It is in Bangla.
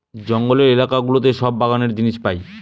জঙ্গলের এলাকা গুলোতে সব বাগানের জিনিস পাই